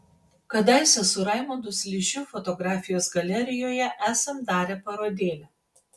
kadaise su raimundu sližiu fotografijos galerijoje esam darę parodėlę